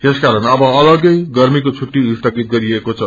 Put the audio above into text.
यसकारण अब अलगै गर्मीको छुट्टी स्थगित गरिएको छ